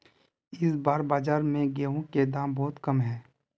इस बार बाजार में गेंहू के दाम बहुत कम है?